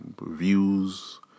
views